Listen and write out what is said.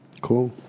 cool